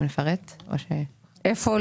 איפה?